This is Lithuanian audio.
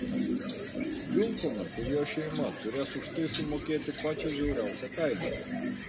vilsonas ir jo šeima turės už tai sumokėti pačią žiauriausią kainą